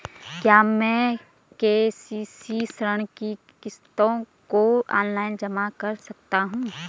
क्या मैं के.सी.सी ऋण की किश्तों को ऑनलाइन जमा कर सकता हूँ?